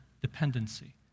dependency